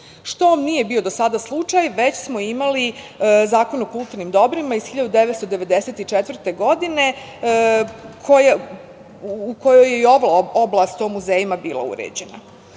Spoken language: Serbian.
što nije bio do sada slučaj, već smo imali zakon o kulturnim dobrima iz 1994. godine u kojoj je i ova oblast o muzejima bila uređena. Vlada